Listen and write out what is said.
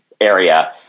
area